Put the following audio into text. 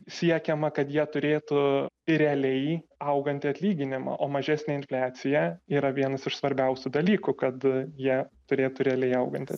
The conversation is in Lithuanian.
siekiama kad jie turėtų realiai augantį atlyginimą o mažesnė infliacija yra vienas iš svarbiausių dalykų kad jie turėtų realiai augantį